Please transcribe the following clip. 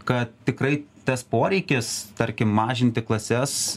kad tikrai tas poreikis tarkim mažinti klases